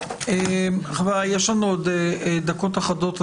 חבריי, יש לנו עוד דקות אחדות.